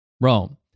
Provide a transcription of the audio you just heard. Rome